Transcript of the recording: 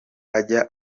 ajya